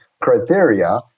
criteria